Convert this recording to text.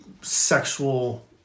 sexual